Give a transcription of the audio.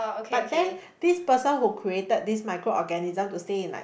but then this person who created this micro organism to stay in like